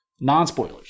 Non-spoilers